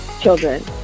children